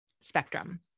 spectrum